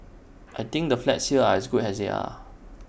I think the flats here are good as they are